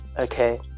okay